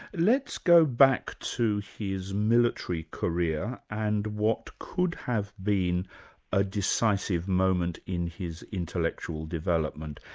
let's go back to his military career, and what could have been a decisive moment in his intellectual development.